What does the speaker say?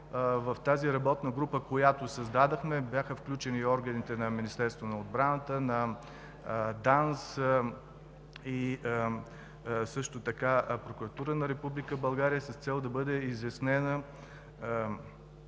В работната група, която създадохме, бяха включени и органите на Министерството на отбраната, на ДАНС, също така на Прокуратурата на Република България с цел да бъде изяснена